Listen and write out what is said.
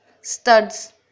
studs